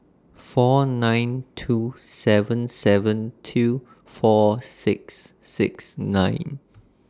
four nine two seven seven two four six six nine